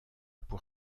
pour